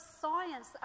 science